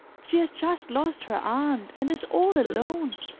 she has just lost her aunt, and is all alone